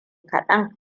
kaɗan